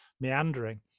meandering